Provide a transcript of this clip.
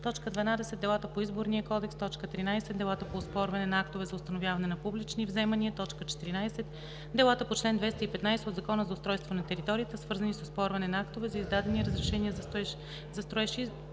12. Делата по Изборния кодекс; 13. Делата по оспорване на актове за установяване на публични вземания; 14. Делата по чл. 215 от Закона за устройство на територията, свързани с оспорване на актове за издадени разрешения за строеж и за